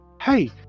Hey